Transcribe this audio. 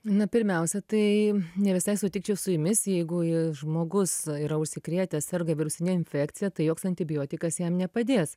na pirmiausia tai ne visai sutikčiau su jumis jeigu i žmogus yra užsikrėtęs serga virusine infekcija tai joks antibiotikas jam nepadės